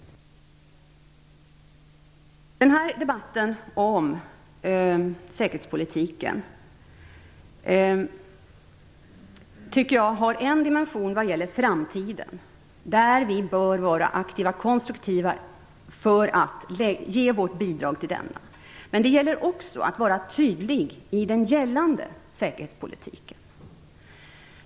Debatten om säkerhetspolitiken har en framtidsdimension där vi i våra bidrag bör vara aktiva och konstruktiva, men det gäller också att vara tydlig i den nu gällande säkerhetspolitiken.